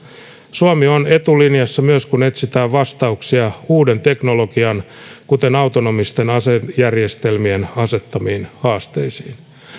suomi on etulinjassa myös silloin kun etsitään vastauksia uuden teknologian kuten autonomisten asejärjestelmien asettamiin haasteisiin